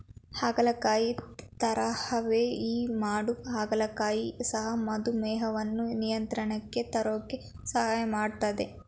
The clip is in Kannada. ಹಾಗಲಕಾಯಿ ತರಹವೇ ಈ ಮಾಡ ಹಾಗಲಕಾಯಿ ಸಹ ಮಧುಮೇಹವನ್ನು ನಿಯಂತ್ರಣಕ್ಕೆ ತರೋಕೆ ಸಹಾಯ ಮಾಡ್ತದೆ